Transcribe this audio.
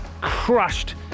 crushed